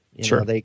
Sure